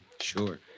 Sure